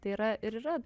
tai yra ir yra